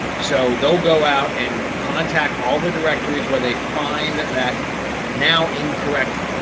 so they'll go out and contact all the directories where they find that now incorrect.